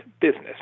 business